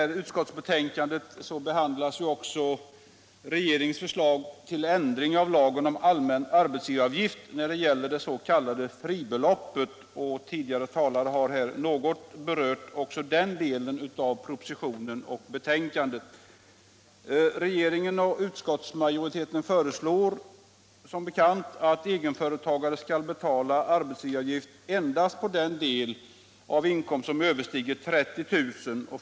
Regeringen och utskottsmajoriteten föreslår som bekant att egenföretagare skall betala arbetsgivaravgift endast på den del av inkomsten som överstiger 30 000 kr.